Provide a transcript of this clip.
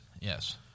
Yes